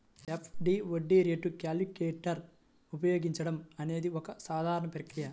FD వడ్డీ rate calculator ఉపయోగించడం అనేది ఒక సాధారణ ప్రక్రియ